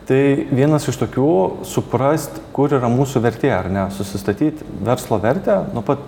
tai vienas iš tokių suprast kur yra mūsų vertė ar ne susistatyt verslo vertę nuo pat